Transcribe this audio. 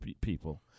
people